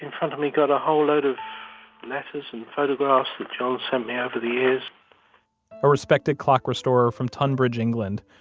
in front of me got a whole load of letters and photographs that john sent me over the years a respected clock restorer from tonbridge, england,